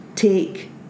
take